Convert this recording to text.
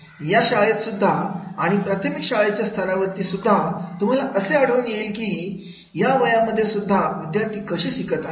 या शाळेमध्ये सुद्धा आणि प्राथमिक शाळेच्या स्तरावर तीसुद्धा तुम्हाला असे आढळून येईल की ह्या वया मध्ये सुद्धा विद्यार्थी कसे शिकत आहेत